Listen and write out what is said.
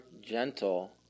gentle